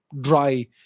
dry